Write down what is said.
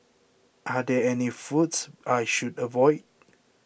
are there any foods I should avoid